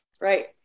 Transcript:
right